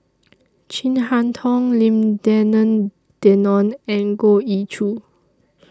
Chin Harn Tong Lim Denan Denon and Goh Ee Choo